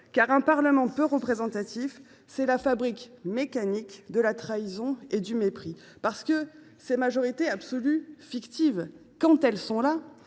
car un Parlement peu représentatif, c’est la fabrique mécanique de la trahison et du mépris. Parce que ces majorités absolues fictives, quand elles existent,